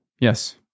Yes